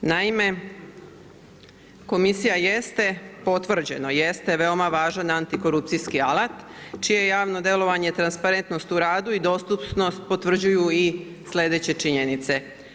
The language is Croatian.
Naime, komisija jeste, potvrđeno jeste veoma važan antikorupcijski alat čije je javno delovanje transparentnost u radu i dostupnost potvrđuju i sledeće činjenice.